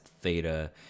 theta